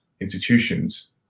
institutions